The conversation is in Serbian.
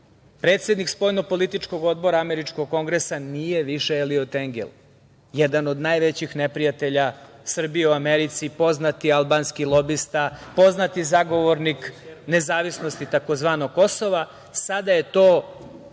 predsednik Spoljno-političkog odbora Američkog kongresa nije više Eliot Engel, jedan od najvećih neprijatelja Srbije u Americi, poznati albanski lobista, poznati zagovornik nezavisnosti tzv. Kosova, sada je to